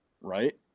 Right